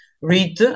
read